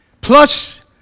Plus